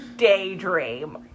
daydream